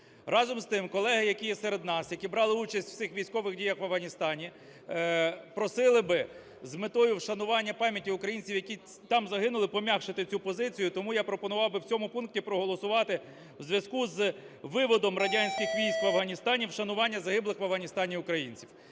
Разом з тим, колеги, які є серед нас, які брали участь в цих військових діях в Афганістані, просили би з метою вшанування пам'яті українців, які там загинули, пом'якшити цю позицію. Тому я пропонував би в цьому пункті проголосувати "у зв'язку з виводом радянських військ з Афганістану вшанування загиблих в Афганістані українців".